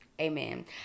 amen